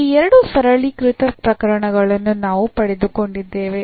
ಈ ಎರಡು ಸರಳೀಕೃತ ಪ್ರಕರಣಗಳನ್ನು ನಾವು ಪಡೆದುಕೊಂಡಿದ್ದೇವೆ